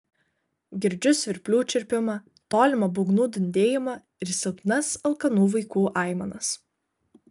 girdžiu svirplių čirpimą tolimą būgnų dundėjimą ir silpnas alkanų vaikų aimanas